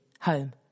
home